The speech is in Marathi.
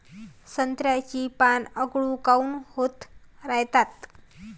संत्र्याची पान आखूड काऊन होत रायतात?